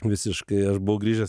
visiškai aš buvau grįžęs